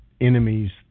enemies